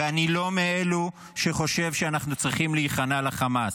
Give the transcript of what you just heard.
ואני לא מאלו שחושבים שאנחנו צריכים להיכנע לחמאס.